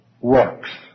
works